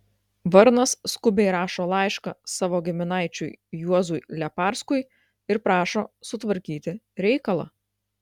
varnas skubiai rašo laišką savo giminaičiui juozui leparskui ir prašo sutvarkyti reikalą